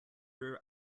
rear